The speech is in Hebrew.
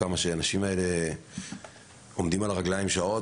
האנשים האלה עומדים על הרגליים שעות,